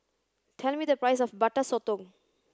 tell me the price of butter Sotong